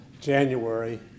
January